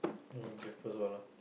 you make breakfast all ah